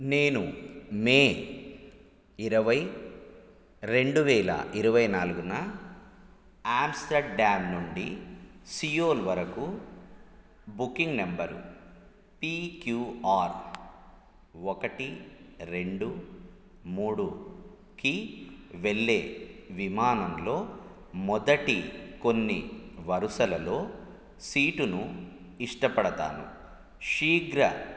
నేను మే ఇరవై రెండు వేల ఇరవై నాలుగున ఆమ్స్టర్ డ్యామ్ నుండి సియోల్ వరకు బుకింగ్ నెంబర్ పిక్యూఆర్ ఒకటి రెండు మూడుకి వెళ్ళే విమానంలో మొదటి కొన్ని వరుసలలో సీటును ఇష్టపడతాను శీఘ్ర